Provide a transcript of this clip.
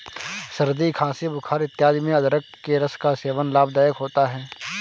सर्दी खांसी बुखार इत्यादि में अदरक के रस का सेवन लाभदायक होता है